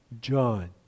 John